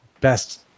best